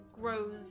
grows